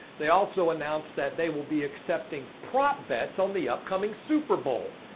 they also announced that they will be accepting prop bets on the upcoming super bowl.